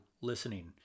listening